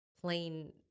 plain